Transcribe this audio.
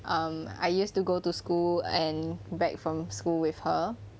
um I used to go to school and back from school with her